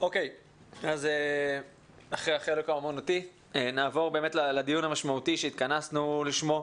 אחרי החלק האומנותי נעבור לדיון המשמעותי שהתכנסנו לשמו,